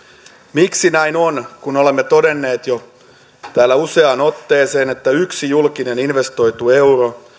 miksi näin on kun olemme todenneet täällä jo useaan otteeseen että yksi julkinen investoitu euro